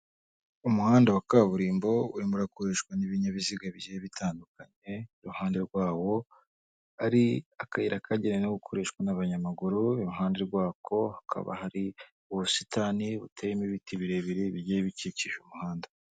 Umuhanda wa kaburimbo urimo uragurishwa n'ibinyabiziga bigiye bitandukanye, iruhande rwawo hari akayira kagenewe no gukoreshwa n'abanyamaguru, iruhande rwako hakaba hari ubusitani buteyemo ibiti birebire bigiye bikikije umuhanda.